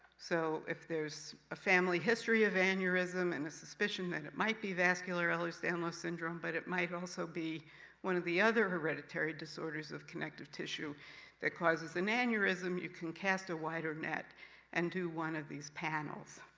so, if there's a family history of aneurysm, and a suspicion that and it might be vascular ehlers-danlos syndrome, but it might also be one of the other hereditary disorders of connective tissue that causes an aneurysm. you can cast a wider net and do one of these panels.